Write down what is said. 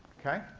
okay?